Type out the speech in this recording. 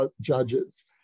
judges